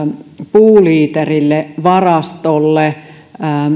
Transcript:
puuliiterille varastolle